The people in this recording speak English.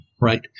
right